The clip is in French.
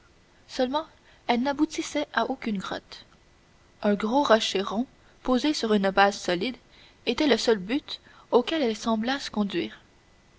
seulement elles n'aboutissaient à aucune grotte un gros rocher rond posé sur une base solide était le seul but auquel elles semblassent conduire